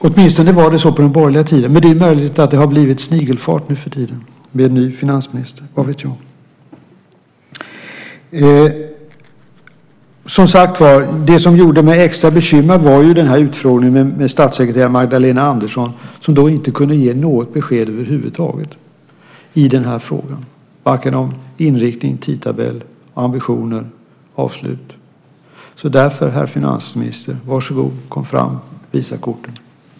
Åtminstone var det så på den borgerliga tiden, men det är möjligt att det har blivit snigelfart nu för tiden med en ny finansminister. Vad vet jag? Det som gjorde mig extra bekymrad var utfrågningen med statssekreterare Magdalena Andersson. Hon kunde inte ge något besked över huvud taget i frågan, varken om inriktning, tidtabell, ambitioner eller avslut. Därför, herr finansminister, varsågod. Kom fram. Visa korten.